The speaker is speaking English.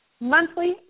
monthly